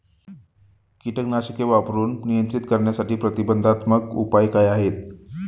कीटकनाशके वापरून नियंत्रित करण्यासाठी प्रतिबंधात्मक उपाय काय आहेत?